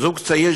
שלזוג צעיר,